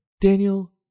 Daniel